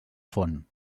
font